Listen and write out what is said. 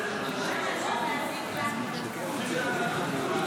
לא נתקבלה.